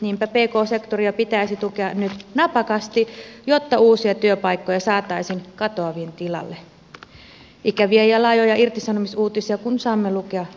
niinpä pk sektoria pitäisi tukea nyt napakasti jotta uusia työpaikkoja saataisiin katoavien tilalle ikäviä ja laajoja irtisanomisuutisia kun saamme lukea viikoittain